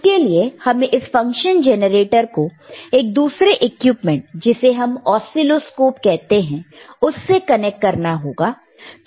उसके लिए हमें इस फंक्शन जेनरेटर को एक दूसरे इक्विपमेंट जिसे हम ऑसीलोस्कोप कहते हैं उससे कनेक्ट करना होगा